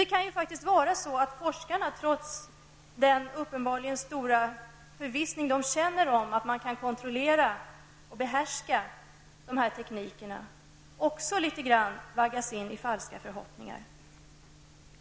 Det kan faktiskt vara så att forskarna, trots den uppenbarligen stora förvissning de känner om att de kan kontrollera och behärska tekniken, också vaggas in i falska förhoppningar.